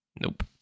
Nope